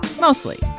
Mostly